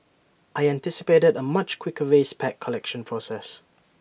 I anticipated A much quicker race pack collection process